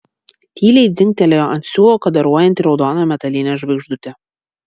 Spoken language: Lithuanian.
tyliai dzingtelėjo ant siūlo kadaruojanti raudona metalinė žvaigždutė